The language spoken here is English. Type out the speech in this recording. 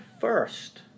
first